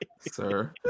Sir